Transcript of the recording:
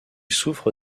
souffre